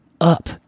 up